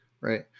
right